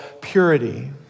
purity